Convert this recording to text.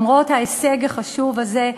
למרות ההישג החשוב הזה,